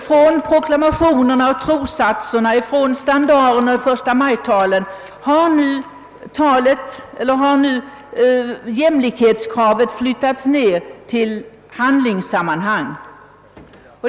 Från proklamationerna och trossatserna, från standaren och förstamajtalen har jämlikhetskravet nu flyttats ned till handlingsnivå.